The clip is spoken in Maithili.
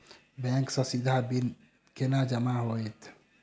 बैंक सँ सीधा बिल केना जमा होइत?